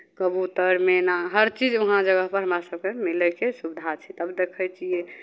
कबूतर मैना हर चीज वहाँ जगहपर हमरा सभके मिलयके सुविधा छै तब देखै छियै